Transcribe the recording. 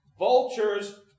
Vultures